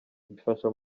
bifasha